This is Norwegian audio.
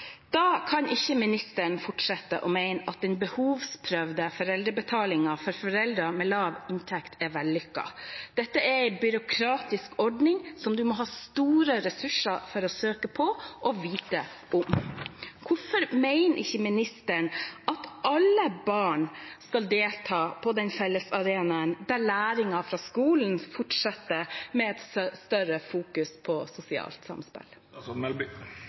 Da kan ikke ministeren fortsette å mene at den behovsprøvde foreldrebetalingen for foreldre med lav inntekt er vellykket. Det er en byråkratisk ordning som man må ha store ressurser for å søke på og vite om. Hvorfor mener ikke ministeren at alle barn skal delta på den fellesarenaen, der læringen fra skolen fortsetter med et større fokus på sosialt samspill?